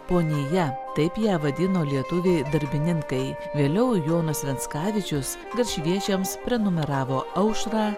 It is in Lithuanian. ponija taip ją vadino lietuviai darbininkai vėliau jonas venskavičius garšviečiams prenumeravo aušrą